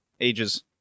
ages